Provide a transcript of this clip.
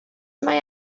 mae